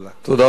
תודה רבה.